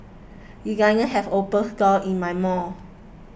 designers have opened stores in my mall